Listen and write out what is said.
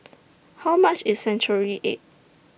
How much IS Century Egg